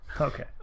Okay